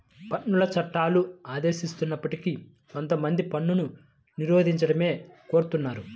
పన్నుల చట్టాలు ఆదేశిస్తున్నప్పటికీ కొంతమంది పన్నును నిరోధించమనే కోరుతున్నారు